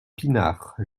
pinard